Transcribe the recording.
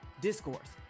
Discourse